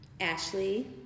Ashley